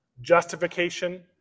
Justification